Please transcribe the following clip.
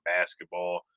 basketball